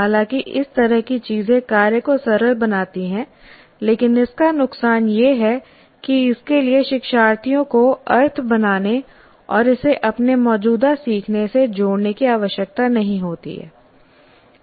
हालांकि इस तरह की चीजें कार्य को सरल बनाती हैं लेकिन इसका नुकसान यह है कि इसके लिए शिक्षार्थियों को अर्थ बनाने और इसे अपने मौजूदा सीखने से जोड़ने की आवश्यकता नहीं होती है